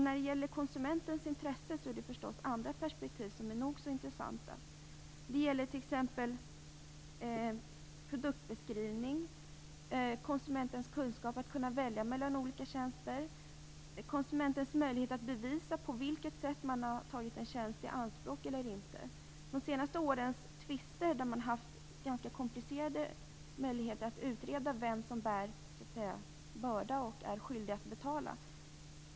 När det gäller konsumenternas intressen är det förstås andra perspektiv som är nog så intressanta. Det gäller t.ex. produktbeskrivning, konsumentens kunskap för att kunna välja mellan olika tjänster och konsumentens möjlighet att bevisa om man har tagit en tjänst i anspråk eller inte. Under de senaste årens tvister har det varit ganska komplicerat att utreda vem som är skyldig att betala.